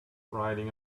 riding